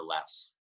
less